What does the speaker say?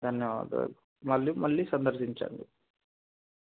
ధన్యవాదాలు మళ్ళీ మళ్ళీ సందర్శించండి